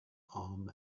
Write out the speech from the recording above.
arm